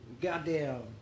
goddamn